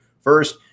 First